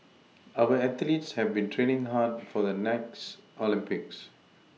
our athletes have been training hard for the next Olympics